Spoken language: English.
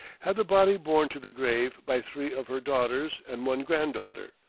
had the body borne to the grave by three of her daughters and one granddaughter.